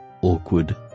Awkward